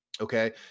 okay